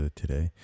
today